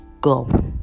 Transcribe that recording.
go